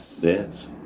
Yes